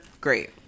Great